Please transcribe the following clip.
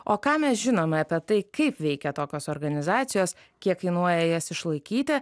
o ką mes žinome apie tai kaip veikia tokios organizacijos kiek kainuoja jas išlaikyti